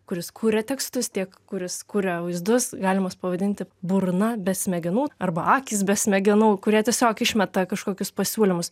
kuris kuria tekstus tiek kuris kuria vaizdus galimas pavadinti burna be smegenų arba akys be smegenų kurie tiesiog išmeta kažkokius pasiūlymus